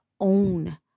own